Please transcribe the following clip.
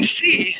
see